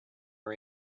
are